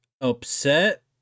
upset